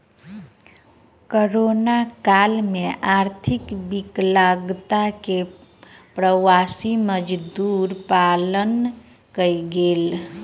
corona काल में आर्थिक विकलांगता सॅ प्रवासी मजदूर पलायन कय गेल